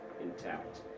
intact